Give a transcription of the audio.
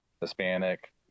Hispanic